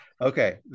Okay